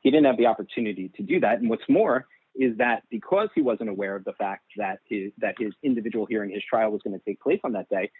he didn't have the opportunity to do that and what's more is that because he wasn't aware of the fact that that is individual hearing is trial was going to take place on that day